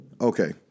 Okay